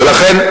ולכן,